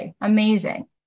Amazing